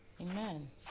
Amen